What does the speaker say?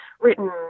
written